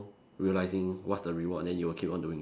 realising what's the reward then you will keep on doing it